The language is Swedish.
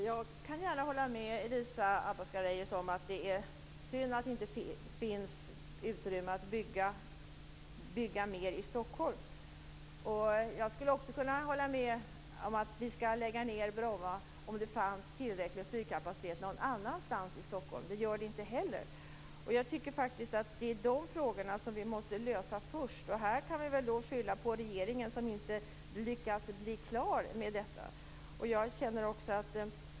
Herr talman! Jag kan hålla med Elisa Abascal Reyes om att det är synd att det inte finns utrymme att bygga mer i Stockholm. Jag skulle också kunna hålla med om att lägga ned Bromma om det fanns tillräckligt med flygkapacitet någon annanstans i Stockholm, men det gör det inte. Det är de frågorna vi måste lösa först. I det här sammanhanget kan vi skylla på regeringen, som inte lyckas bli klar med detta.